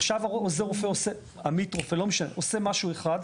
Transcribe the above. עכשיו עוזר הרופא עושה משהו אחד,